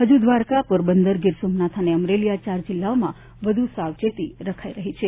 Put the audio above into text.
હજુ દ્વારકા પોરબંદર ગીરસોમનાથ અને અમરેલી આ ચાર જિલ્લાઓમાં વધુ સાવચેતી રખાઈ રહી છે